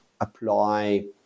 apply